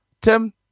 Tim